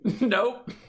Nope